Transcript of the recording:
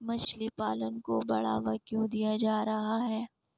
मछली पालन को बढ़ावा क्यों दिया जा रहा है?